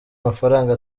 mafaranga